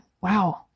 Wow